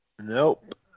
Nope